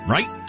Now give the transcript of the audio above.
Right